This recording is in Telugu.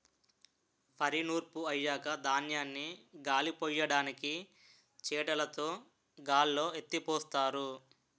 వరి నూర్పు అయ్యాక ధాన్యాన్ని గాలిపొయ్యడానికి చేటలుతో గాల్లో ఎత్తిపోస్తారు